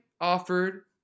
offered